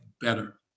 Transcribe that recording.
better